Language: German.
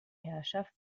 herrschaft